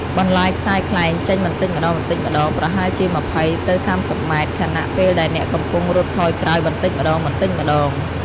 បណ្លាយខ្សែខ្លែងចេញបន្តិចម្តងៗ ប្រហែលជា ២០ ទៅ ៣០ ម៉ែត្រ ខណៈពេលដែលអ្នកកំពុងរត់ថយក្រោយបន្តិចម្តងៗ។